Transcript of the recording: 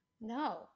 no